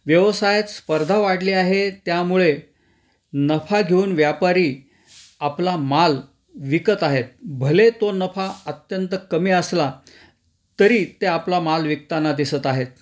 व्यवसायात स्पर्धा वाढली आहे त्यामुळे नफा घेऊन व्यापारी आपला माल विकत आहेत भले तो नफा अत्यंत कमी असला तरी ते आपला माल विकताना दिसत आहेत